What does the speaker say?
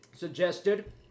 suggested